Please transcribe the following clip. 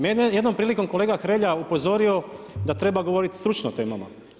Mene je jednom prilikom kolega Hrelja upozorio da treba govoriti stručno o temama.